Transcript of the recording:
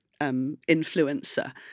influencer